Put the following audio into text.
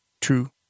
true